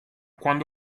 quando